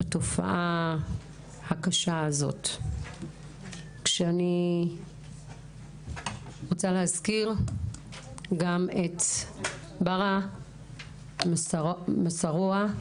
התופעה הקשה הזאת שאני רוצה להזכיר את בראא מסארווה מטייבה,